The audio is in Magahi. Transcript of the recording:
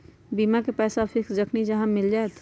बीमा के पैसा फिक्स जखनि चाहम मिल जाएत?